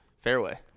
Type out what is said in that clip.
fairway